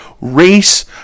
race